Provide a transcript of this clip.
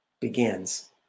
begins